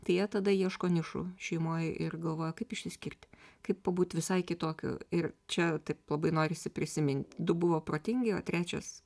tai jie tada ieško nišų šeimoj ir galvoja kaip išsiskirti kaip pabūt visai kitokiu ir čia taip labai norisi prisimint du buvo protingi o trečias